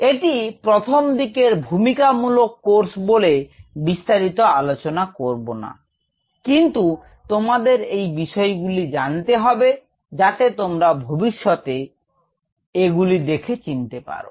এটি প্রথম দিকের ভূমিকা মূলক কোর্স বলে বিস্তারিত আলোচনা করব না কিন্তু তোমাদের এই বিষয়গুলি জানতে হবে যাতে তোমরা ভবিষ্যতে এগুলি দেখে চিনতে পারো